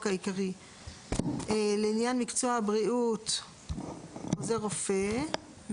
העיקרי לעניין מקצוע הבריאות עוזר רופא,